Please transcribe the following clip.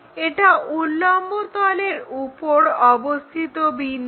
এটা উল্লম্বতলের উপর অবস্থিত বিন্দু